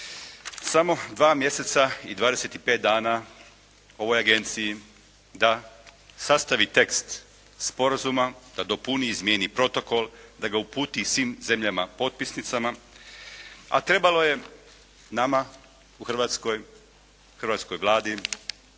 samo dva mjeseca i 25 dana ovoj Agenciji da sastavi tekst sporazuma da dopuni i izmjeni protokol, da ga uputi svim zemljama potpisnicama, a trebalo je nama u Hrvatskoj,